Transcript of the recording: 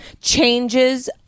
changes